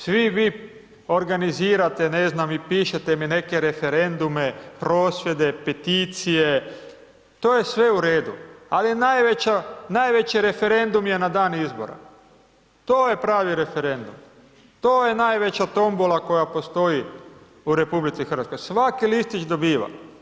Svi vi organizirate, ne znam i pišete mi neke referendume, prosvjede, peticije, to je sve u redu, ali najveći referendum je na dan izbora, to je pravi referendum, to je najveća tombola koja postoji u RH, svaki listić dobiva.